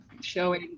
showing